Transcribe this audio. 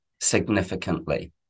significantly